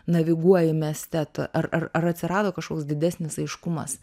naviguoji mieste ta ar ar ar atsirado kažkoks didesnis aiškumas